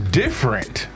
different